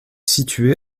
situé